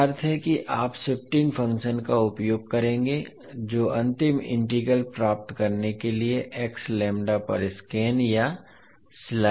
इसका अर्थ है कि आप शिफ्टिंग फ़ंक्शन का उपयोग करेंगे जो अंतिम इंटीग्रल प्राप्त करने के लिए पर स्कैन या स्लाइड करेगा